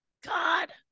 God